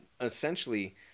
essentially